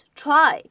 try